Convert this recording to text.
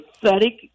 pathetic